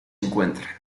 encuentran